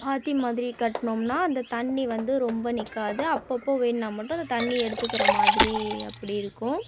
பாத்தி மாதிரி கட்டினோம்னா அந்த தண்ணி வந்து ரொம்ப நிற்காது அப்போப்போ வேணால் மட்டும் அந்த தண்ணி எடுத்துக்கிற மாதிரி அப்படி இருக்கும்